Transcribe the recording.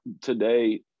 today